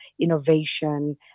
innovation